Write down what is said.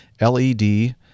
LED